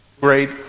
Great